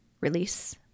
release